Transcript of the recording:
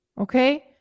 Okay